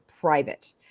private